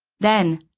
then,